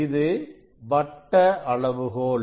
இது வட்ட அளவுகோல்